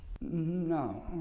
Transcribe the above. No